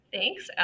Thanks